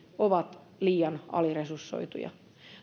ovat liian aliresursoituja